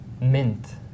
mint